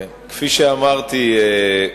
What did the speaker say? כפי שאמרתי,